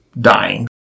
dying